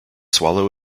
swallow